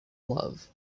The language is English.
love